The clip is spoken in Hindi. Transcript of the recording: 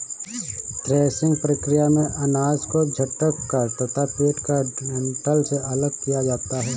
थ्रेसिंग प्रक्रिया में अनाज को झटक कर तथा पीटकर डंठल से अलग किया जाता है